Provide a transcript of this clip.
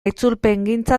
itzulpengintza